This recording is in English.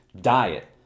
Diet